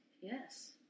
Yes